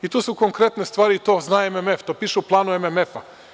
I tu su konkretne stvari i to zna MMF, to piše u planu MMF.